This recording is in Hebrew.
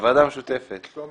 חבר